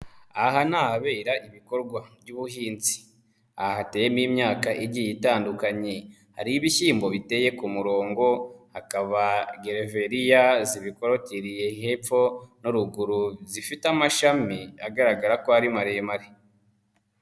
Aha ni ahabera ibikorwa by'ubuhinzi, aha hateyemo imyaka igiye itandukanye, hari ibishyimbo biteye ku murongo, hakaba gereveriya zibikorotiriye hepfo no ruguru zifite amashami agaragara ko ari maremare.